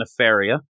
Nefaria